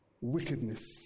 wickedness